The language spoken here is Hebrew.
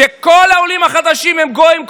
שכל העולים החדשים הם גויים,